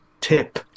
tip